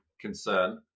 concern